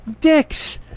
dicks